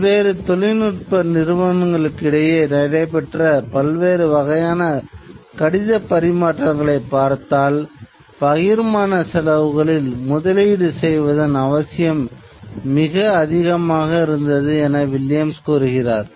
பல்வேறு தொழில்நுட்ப நிறுவனங்களுக்கிடையே நடைப்பெற்ற பல்வேறு வகையான கடிதப் பரிமாற்றங்களைப் பார்த்தால் பகிர்மான செலவுகளில் முதலீடு செய்வதன் அவசியம் மிக அதிகமாக இருந்தது என வில்லியம்ஸ் கூறுகிறார்